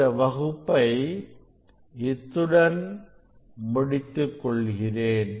இந்த வகுப்பை இத்துடன் முடித்துக்கொள்கிறேன்